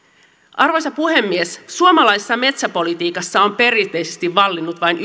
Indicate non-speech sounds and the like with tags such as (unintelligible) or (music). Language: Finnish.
arvoisa puhemies suomalaisessa metsäpolitiikassa on perinteisesti vallinnut vain (unintelligible)